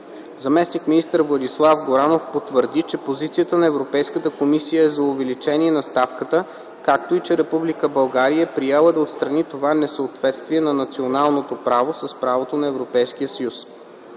Заместник-министър Владислав Горанов потвърди, че позицията на Европейската комисия е за увеличение на ставката, както и, че Република България е приела да отстрани това несъответствие на националното право с правото на Европейския съюз.